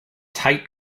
tight